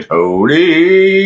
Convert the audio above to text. Tony